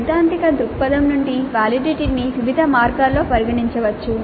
సైద్ధాంతిక దృక్పథం నుండి వాలిడిటీ ని వివిధ మార్గాల్లో పరిగణించవచ్చు